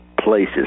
places